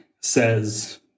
says